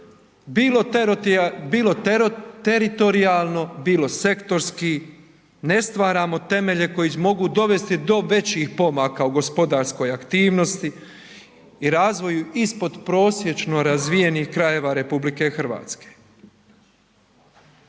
bilo teritorijalno, bilo sektorski, ne stvaramo temelje koji mogu dovesti do većih pomaka u gospodarskoj aktivnosti i razvoju ispodprosječno razvijenih krajeva RH. I ne samo